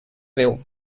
veu